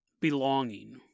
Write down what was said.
belonging